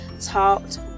talked